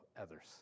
others